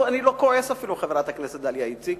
אני לא כועס אפילו, חברת הכנסת דליה איציק